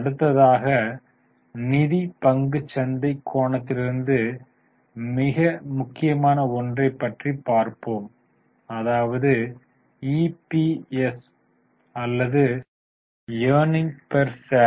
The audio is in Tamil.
அடுத்ததாக நிதி பங்குச் சந்தை கோணத்திலிருந்து மிக முக்கியமான ஒன்றை பற்றி பார்ப்போம் அதாவது இபிஎஸ் அல்லது ஏர்னிங் பெற் ஷேர்